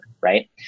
Right